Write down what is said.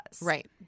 Right